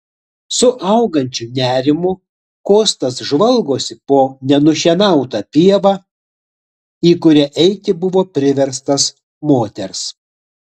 su augančiu nerimu kostas žvalgosi po nenušienautą pievą į kurią eiti buvo priverstas moters